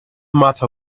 matter